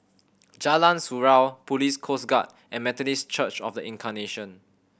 Jalan Surau Police Coast Guard and Methodist Church Of The Incarnation